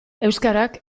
euskarak